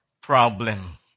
problem